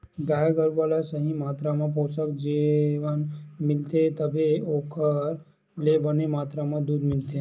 गाय गरूवा ल सही मातरा म पोसक जेवन मिलथे तभे ओखर ले बने मातरा म दूद मिलथे